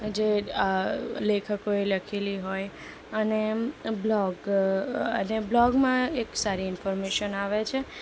જે લેખકોએ લખેલી હોય અને બ્લોગ બ્લોગમાં એક સારી ઇન્ફોર્મેશન આવે છે